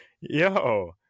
yo